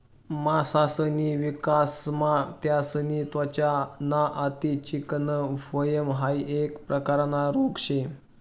मासासनी विकासमा त्यासनी त्वचा ना अति चिकनं व्हयन हाइ एक प्रकारना रोग शे